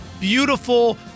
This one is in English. beautiful